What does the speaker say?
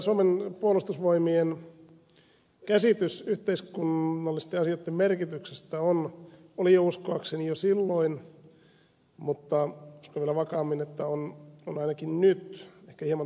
suomen puolustusvoimien käsitys yhteiskunnallisten asioitten merkityksestä oli uskoakseni jo silloin mutta uskon vielä vakaammin että on ainakin nyt ehkä hieman toisenlainen